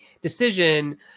decision